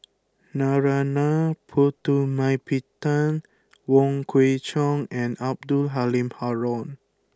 Narana Putumaippittan Wong Kwei Cheong and Abdul Halim Haron